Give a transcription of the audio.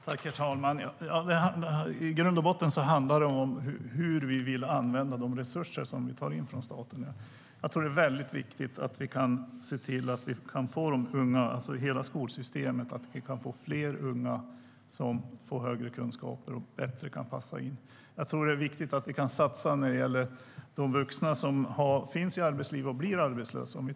Herr talman! I grund och botten handlar det om hur vi vill använda statens resurser. Det är väldigt viktigt att skolsystemet bidrar till att fler unga får bättre kunskaper och gör det lättare att passa in. Vi måste kunna satsa när det gäller vuxna som finns i arbetslivet men som blir arbetslösa.